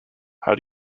how